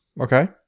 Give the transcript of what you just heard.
Okay